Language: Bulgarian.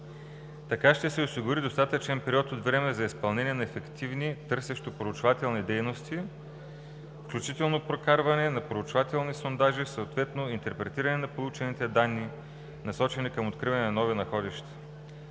Така ще се осигури достатъчен период от време за изпълнение на ефективни търсещо-проучвателни дейности, включително прокарване на проучвателни сондажи, съответно интерпретиране на получените данни, насочени към откриване на нови находища.